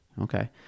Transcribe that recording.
Okay